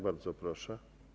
Bardzo proszę.